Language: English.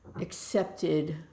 accepted